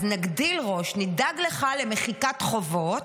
אז נגדיל ראש, נדאג לך למחיקת חובות,